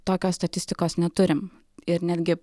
tokios statistikos neturim ir netgi